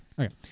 Okay